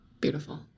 Beautiful